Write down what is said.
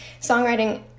songwriting